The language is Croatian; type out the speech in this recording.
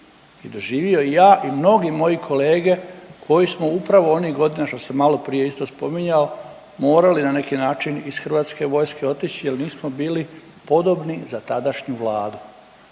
i doživio, doživio ja i mnogi moji kolege koji smo upravo onih godina što sam malo prije isto spominjao morali na neki način iz Hrvatske vojske otići jer nismo bili podobni za tadašnju Vladu.